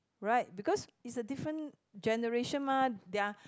right because it's a different generation mah their